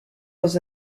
dans